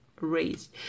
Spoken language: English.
raised